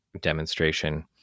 demonstration